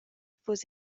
fuss